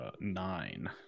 nine